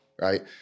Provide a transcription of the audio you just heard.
right